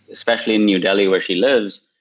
especially in new delhi where she lives,